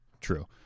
true